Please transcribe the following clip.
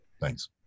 Thanks